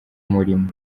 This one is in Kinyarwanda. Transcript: murimo